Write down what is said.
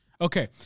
Okay